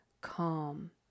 calm